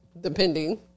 depending